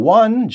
one